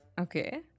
Okay